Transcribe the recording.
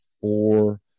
four